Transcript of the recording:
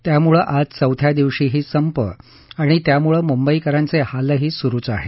त्यामुळे आज चौथ्या दिवशीही संप आणि त्यामुळे मुंबईकरांचे हालही सुरूच आहेत